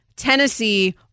Tennessee